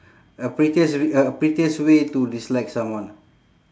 a pettiest r~ a pettiest way to dislike someone